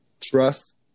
trust